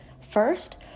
First